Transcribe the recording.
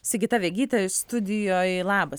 sigita vegytė studijoj labas